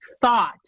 thought